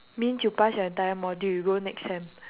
means you pass your entire module you go next sem